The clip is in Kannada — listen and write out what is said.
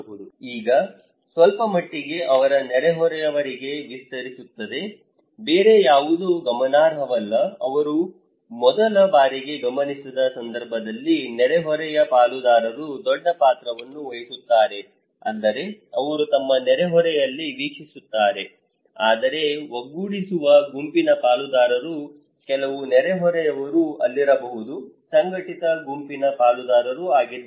ಈಗ ಸ್ವಲ್ಪಮಟ್ಟಿಗೆ ಅವರ ನೆರೆಹೊರೆಯವರಿಗೆ ವಿಸ್ತರಿಸುತ್ತದೆ ಬೇರೆ ಯಾವುದೂ ಗಮನಾರ್ಹವಲ್ಲ ಅವರು ಮೊದಲ ಬಾರಿಗೆ ಗಮನಿಸಿದ ಸಂದರ್ಭದಲ್ಲಿ ನೆರೆಹೊರೆಯ ಪಾಲುದಾರರು ದೊಡ್ಡ ಪಾತ್ರವನ್ನು ವಹಿಸುತ್ತಾರೆ ಅಂದರೆ ಅವರು ತಮ್ಮ ನೆರೆಹೊರೆಯಲ್ಲಿ ವೀಕ್ಷಿಸುತ್ತಾರೆ ಆದರೆ ಒಗ್ಗೂಡಿಸುವ ಗುಂಪಿನ ಪಾಲುದಾರರು ಕೆಲವು ನೆರೆಹೊರೆಯವರು ಅಲ್ಲಿರಬಹುದು ಸಂಘಟಿತ ಗುಂಪಿನ ಪಾಲುದಾರರು ಆಗಿದ್ದಾರೆ